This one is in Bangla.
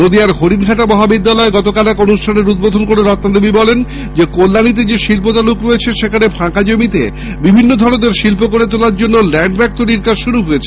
নদীয়ার হরিণঘাটা মহাবিদ্যালয়ে গতকাল এক অনুষ্ঠানের উদ্বোধন করে রভ্নাদেবী বলেন কল্যাণীতে যে শিল্পতালুক রয়েছে সেখানে ফাঁকা জমিতে বিভিন্ন ধরনের শিল্প গড়ে তোলার জন্য ল্যান্ড ব্যাংক তৈরির কাজ শুরু হয়েছে